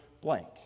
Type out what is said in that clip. blank